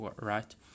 right